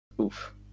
Oof